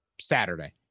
Saturday